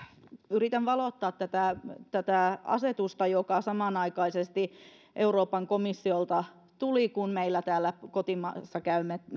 yritän valottaa tätä tätä asetusta joka tuli samanaikaisesti euroopan komissiolta kun me täällä kotimaassa käymme